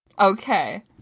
Okay